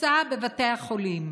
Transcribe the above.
התפוסה בבתי החולים,